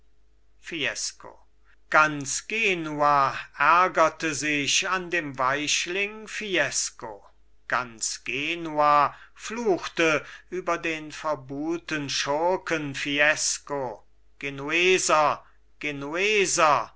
fiesco ganz genua ärgerte sich an dem weichling fiesco ganz genua fluchte über den verbuhlten schurken fiesco genueser genueser